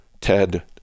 Ted